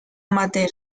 amateur